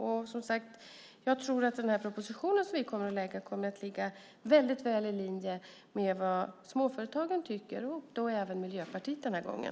Och, som sagt, jag tror att den här propositionen, som vi kommer att lägga fram, kommer att ligga väl i linje med vad småföretagen tycker och då även Miljöpartiet den här gången.